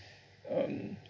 um